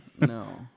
no